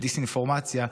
בדיסאינפורמציה,